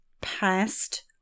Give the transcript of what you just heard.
past